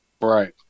Right